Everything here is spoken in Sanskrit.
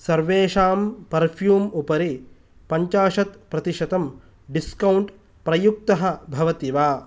सर्वेषां पर्फ्यूम् उपरि पञ्चाशत् प्रतिशतं डिस्कौण्ट् प्रयुक्तः भवति वा